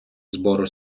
збору